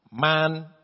man